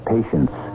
Patience